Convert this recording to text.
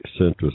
centrist